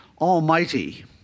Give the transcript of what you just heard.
almighty